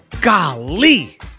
Golly